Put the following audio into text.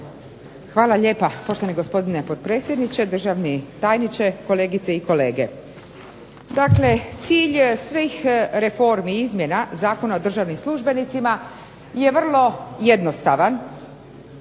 Hvala lijepa, poštovani gospodine potpredsjedniče. Državni tajniče, kolegice i kolege. Dakle, cilj svih reformi i izmjena Zakona o državnim službenicima je vrlo jednostavan.